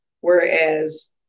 Whereas